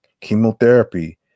chemotherapy